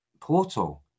portal